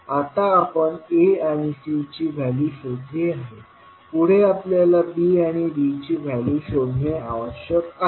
आता आपण A आणि C ची व्हॅल्यू शोधली आहे पुढे आपल्याला B आणि D ची व्हॅल्यू शोधणे आवश्यक आहे